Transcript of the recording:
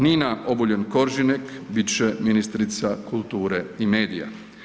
Nina Obuljen Koržinek bit će ministrica kulture i medija.